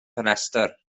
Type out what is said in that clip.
ffenestr